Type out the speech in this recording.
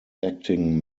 acting